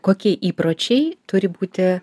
kokie įpročiai turi būti